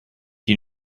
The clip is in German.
die